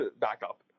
backup